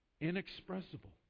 inexpressible